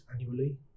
annually